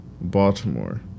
Baltimore